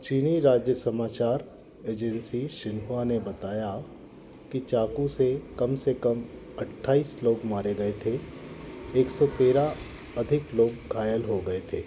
चीनी राज्य समाचार एजेंसी शिन्हुआ ने बताया कि चाकू से कम से कम अठाइस लोग मारे गए थे एक सौ तेरह अधिक लोग घायल हो गए थे